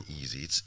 easy